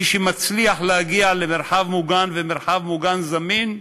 מי שמצליח להגיע למרחב מוגן, מרחב מוגן זמין,